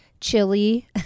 chili